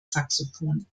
saxophon